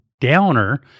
downer